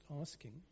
asking